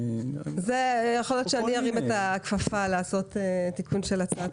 אולי אני ארים את הכפפה ואגיש הצעת